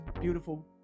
beautiful